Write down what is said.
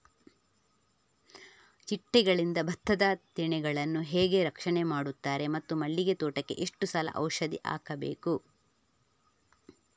ಚಿಟ್ಟೆಗಳಿಂದ ಭತ್ತದ ತೆನೆಗಳನ್ನು ಹೇಗೆ ರಕ್ಷಣೆ ಮಾಡುತ್ತಾರೆ ಮತ್ತು ಮಲ್ಲಿಗೆ ತೋಟಕ್ಕೆ ಎಷ್ಟು ಸಲ ಔಷಧಿ ಹಾಕಬೇಕು?